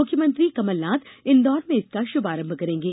मुख्यमंत्री कमलनाथ इंदौर में इसका षुभारंभ करेंगे